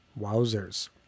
Wowzers